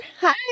Hi